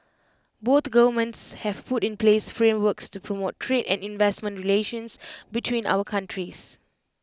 both governments have put in place frameworks to promote trade and investment relations between our countries